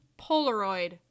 Polaroid